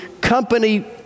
company